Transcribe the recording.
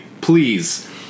please